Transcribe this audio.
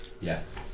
yes